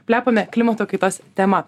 plepame klimato kaitos tema